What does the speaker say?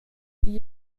igl